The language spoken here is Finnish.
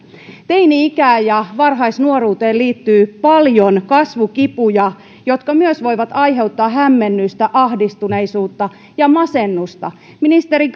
teini ikään ja varhaisnuoruuteen liittyy paljon kasvukipuja jotka myös voivat aiheuttaa hämmennystä ahdistuneisuutta ja masennusta ministeri